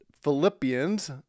Philippians